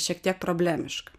šiek tiek problemiška